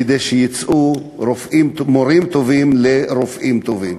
כדי שיצאו מורים טובים לרופאים טובים.